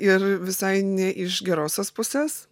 ir visai ne iš gerosios pusės